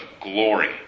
glory